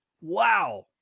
Wow